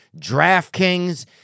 DraftKings